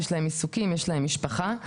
עיסוקים ומשפחה,